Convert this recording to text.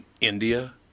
India